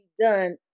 done